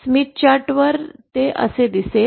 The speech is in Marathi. स्मिथ चार्टवर हे असे दिसेल